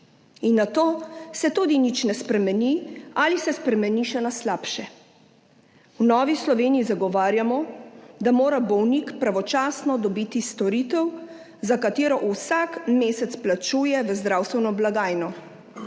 in na to se tudi nič ne spremeni ali se spremeni še na slabše. V Novi Sloveniji zagovarjamo, da mora bolnik pravočasno dobiti storitev za katero vsak mesec plačuje v zdravstveno blagajno.